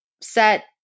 set